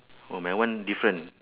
oh my one different